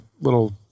little